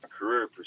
career